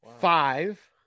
Five